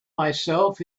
myself